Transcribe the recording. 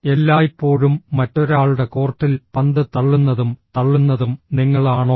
എല്ലായ്പ്പോഴും മറ്റൊരാളുടെ കോർട്ടിൽ പന്ത് തള്ളുന്നതും തള്ളുന്നതും നിങ്ങളാണോ